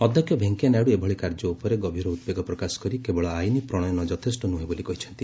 ଅଧ୍ୟକ୍ଷ ଏମ୍ ଭେଙ୍କିୟା ନାଇଡୁ ଏଭଳି କାର୍ଯ୍ୟ ଉପରେ ଗଭୀର ଉଦ୍ବେଗ ପ୍ରକାଶ କରି କେବଳ ଆଇନ ପ୍ରଣୟନ ଯଥେଷ୍ଟ ନୁହେଁ ବୋଲି କହିଛନ୍ତି